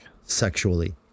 sexually